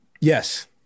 Yes